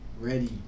Ready